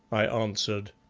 i answered.